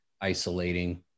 isolating